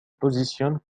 positionne